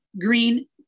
green